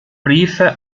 briefe